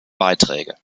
beiträge